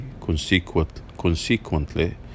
consequently